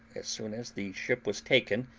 as soon as the ship was taken,